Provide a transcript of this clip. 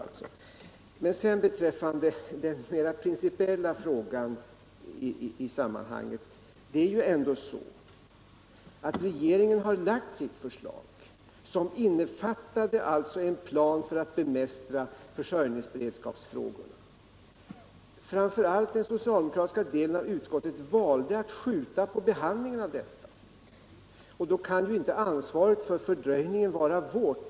När det gäller den mera principiella frågan är det ju ändå så att regeringen har framlagt sitt förslag, som innefattade en plan för att bemästra försörjningsproblemet. Framför allt den socialdemokratiska delen av utskottet valde att skjuta på behandlingen av den propositionen. Då kan ju ansvaret för fördröjningen inte vara vårt.